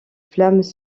flammes